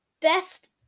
best